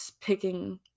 picking